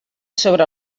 sobre